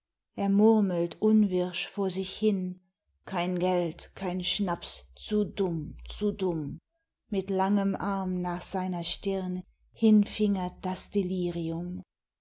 er murmelt unwirsch vor sich hin kein geld kein schnaps zu dumm zu dumm mit langem arm nach seiner stirn hinfingert das delirium